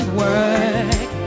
work